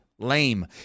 lame